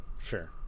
Sure